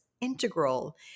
integral